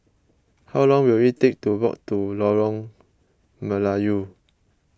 how long will it take to walk to Lorong Melayu